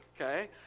Okay